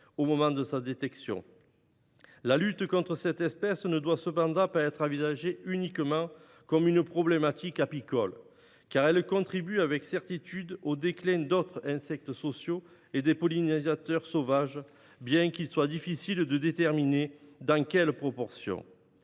au moment de sa détection. La lutte contre cette espèce ne doit cependant pas être envisagée uniquement comme une problématique apicole, car sa présence contribue avec certitude au déclin d’autres insectes sociaux et des pollinisateurs sauvages, bien qu’il soit difficile de déterminer dans quelle proportion.